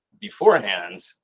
beforehand